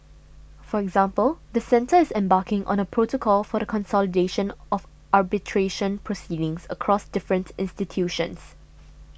for example the centre is embarking on a protocol for the consolidation of arbitration proceedings across different institutions